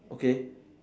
okay